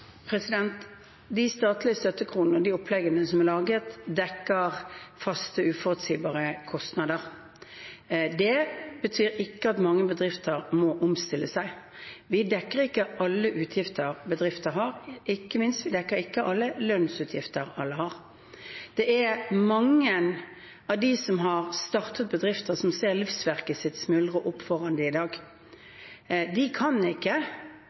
De statlige støttekronene og de oppleggene som er laget, dekker faste, uforutsigbare kostnader. Det betyr ikke at mange bedrifter må omstille seg. Vi dekker ikke alle utgifter bedrifter har. Ikke minst: Vi dekker ikke alle lønnsutgifter alle har. Det er mange av dem som har startet bedrifter, som ser livsverket sitt smuldre opp foran seg i dag. De kan ikke